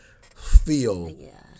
feel